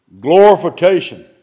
glorification